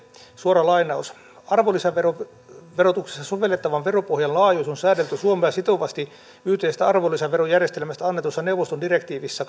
suora lainaus arvonlisäverotuksessa sovellettavan veropohjan laajuus on säädelty suomea sitovasti yhteisestä arvonlisäverojärjestelmästä annetussa neuvoston direktiivissä